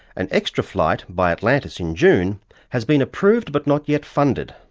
an extra flight by atlantis in june has been approved but not yet funded,